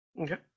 Okay